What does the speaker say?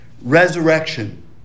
Resurrection